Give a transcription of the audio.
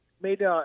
made